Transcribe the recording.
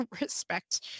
respect